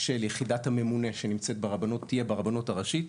של יחידת הממונה שתהיה ברבנות הראשית,